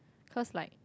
cause like